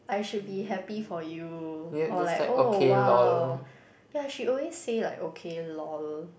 I should be happy for you or like oh !wow! ya she always say like okay lol